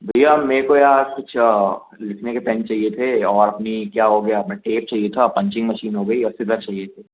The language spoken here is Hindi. भैया मे को यार कुछ लिखने के पेन चाहिए थे और अपनी क्या हो गया म टेप चाहिए था पंचिंग मशीन हो गई और सीज़र चाहिए थे